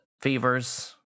fevers